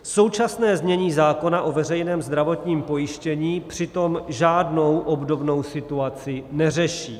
Současné znění zákona o veřejném zdravotním pojištění přitom žádnou obdobnou situaci neřeší.